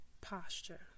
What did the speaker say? posture